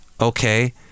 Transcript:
Okay